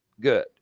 good